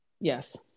Yes